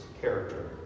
character